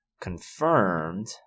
confirmed